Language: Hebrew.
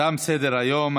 תם סדר-היום.